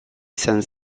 izan